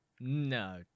No